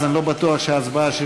אז אני לא בטוח שההצבעה שלי